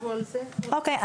אוקיי,